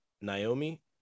Naomi